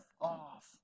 off